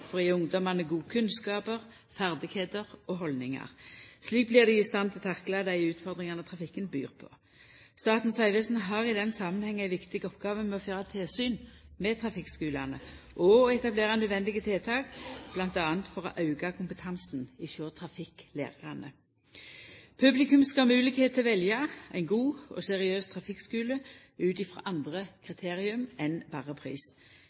skal ha ei kvalitativt god føraropplæring som kan bidra til å redusera ungdomsulukkene. Opplæring er viktig for å gje ungdommane gode kunnskapar, ferdigheiter og haldningar. Slik blir dei i stand til å takla dei utfordringane trafikken byr på. Statens vegvesen har i denne samanhengen ei viktig oppgåve med å føra tilsyn med trafikkskulane og å etablera nødvendige tiltak bl.a. for å auka kompetansen hos trafikklærarane. Publikum skal ha moglegheit til å velja ein god og seriøs